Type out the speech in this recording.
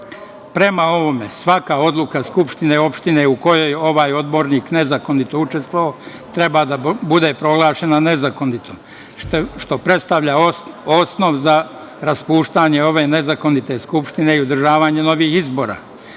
ovome, svaka odluka skupštine opštine u kojoj je ovaj odbornik nezakonito učestvovao treba da bude proglašena nezakonitom, što predstavlja osnov za raspuštanje ove nezakonite skupštine i održavanje novih izbora.